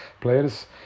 players